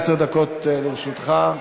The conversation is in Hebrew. עשר דקות לרשותך.